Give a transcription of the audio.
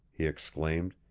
he exclaimed.